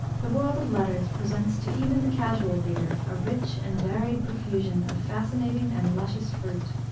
the world of letters presents to even the casual reader a rich and varied profusion of fascinating and luscious fruit.